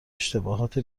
اشتباهات